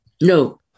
No